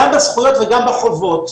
גם בזכויות וגם בחובות,